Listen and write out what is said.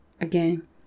again